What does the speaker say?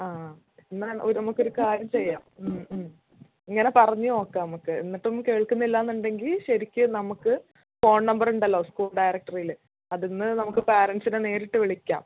ആ എന്നാൽ ഒ നമുക്കൊരു കാര്യം ചെയ്യാം ഇങ്ങനെ പറഞ്ഞ് നോക്കാം നമുക്ക് എന്നിട്ടും കേൾക്കുന്നില്ല എന്നുണ്ടെങ്കിൽ ശരിക്ക് നമുക്ക് ഫോൺ നമ്പർ ഉണ്ടല്ലോ സ്കൂൾ ഡയറക്ടറിയിൽ അതിൽ നിന്ന് നമുക്ക് പേരൻറ്സിനെ നേരിട്ട് വിളിക്കാം